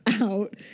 out